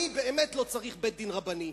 אני באמת לא צריך בית-דין רבני.